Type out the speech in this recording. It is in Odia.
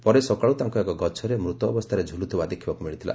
ପରେ ସକାଳୁ ତାଙ୍କୁ ଏକ ଗଛରେ ମୃତ ଅବସ୍ଷାରେ ଝୁଲୁଥିବା ଦେଖିବାକୁ ମିଳିଥିଲା